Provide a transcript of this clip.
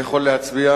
אני יכול להצביע,